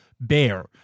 bear